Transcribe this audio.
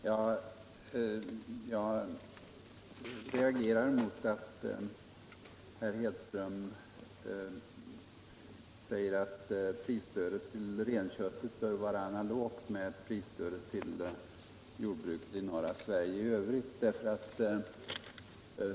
Herr talman! Jag reagerar mot herr Hedströms uttalande att prisstödet till renköttet bör vara analogt med prisstödet i övrigt till jordbruket i norra Sverige.